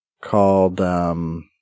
called